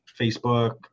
facebook